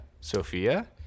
sophia